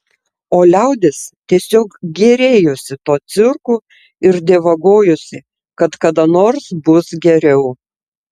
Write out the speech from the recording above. o liaudis tiesiog gėrėjosi tuo cirku ir dievagojosi kad kada nors bus geriau